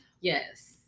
Yes